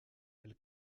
elle